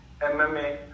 MMA